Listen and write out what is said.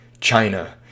China